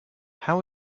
how